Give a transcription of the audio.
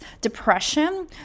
depression